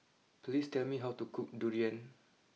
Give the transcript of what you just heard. please tell me how to cook Durian